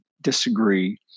disagree